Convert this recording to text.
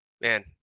man